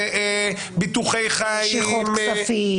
ביטוחי חיים -- משיכות כספים.